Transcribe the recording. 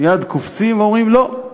מייד קופצים ואומרים: לא.